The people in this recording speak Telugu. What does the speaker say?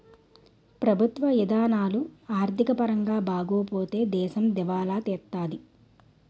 ప్రభుత్వ ఇధానాలు ఆర్థిక పరంగా బాగోపోతే దేశం దివాలా తీత్తాది